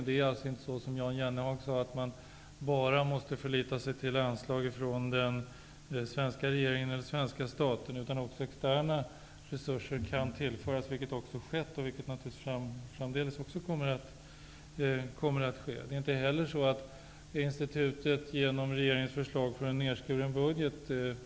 Det är alltså inte så, som Jan Jennehag sade, att man måste förlita sig bara till anslag från den svenska staten, utan också externa resurser kan tillföras. Detta har också skett och kommer framdeles att ske. Det är inte heller så att institutet genom regeringens förslag får en nedskuren budget.